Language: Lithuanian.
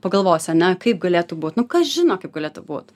pagalvosi ane kaip galėtų būt nu kas žino kaip galėtų būt